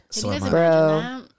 bro